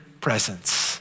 presence